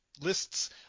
lists